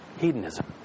Hedonism